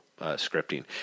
scripting